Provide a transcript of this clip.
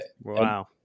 Wow